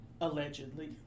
allegedly